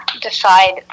decide